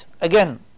again